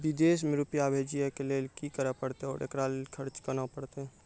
विदेश मे रुपिया भेजैय लेल कि करे परतै और एकरा लेल खर्च केना परतै?